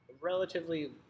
relatively